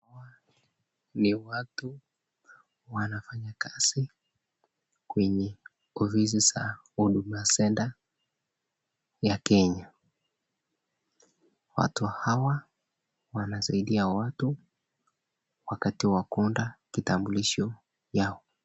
Ni watu wanafanya kazi kwenye ofisi zao Huduma Centre ya Kenya, watu hawa wanasaidia watu wakati wa kuunda kitambulisho yao.